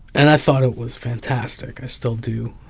and i thought it was fantastic. i still do.